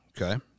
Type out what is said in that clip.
Okay